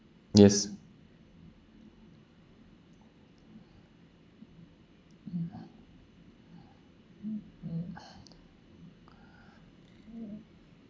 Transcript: yes